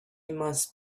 must